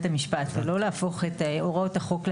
המשפט ולא להפוך את הוראות החוק ל-יורה.